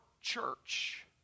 church